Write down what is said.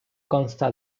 consta